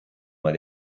mal